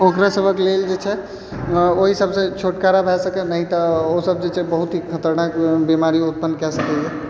ओकरा सभकेँ लेल जे छै ओहि सबसँ छुटकारा भए सकै नहि तऽ ओ सभ जे छै बहुत ही खतरनाक बीमारी उत्पन्न कऽ सकैए